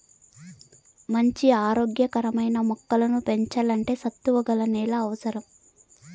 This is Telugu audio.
మంచి ఆరోగ్య కరమైన మొక్కలను పెంచల్లంటే సత్తువ గల నేల అవసరం